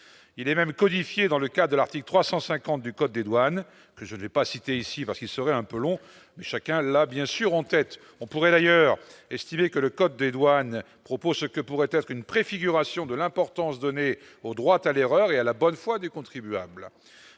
il est même codifié dans le cas de l'article 350 du code des douanes, je n'ai pas cité ici parce qu'il serait un peu long, chacun l'a bien sûr en tête, on pourrait d'ailleurs estimé que le code des douanes propos ce que pourrait être une préfiguration de l'importance donnée au droit à l'erreur et à la bonne foi des contribuables